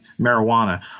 marijuana